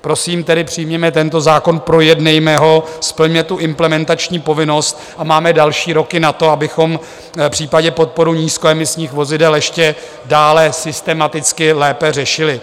Prosím tedy, přijměme tento zákon, projednejme ho, splňme implementační povinnost a máme další roky na to, abychom v případě podporu nízkoemisních vozidel ještě dále systematicky lépe řešili.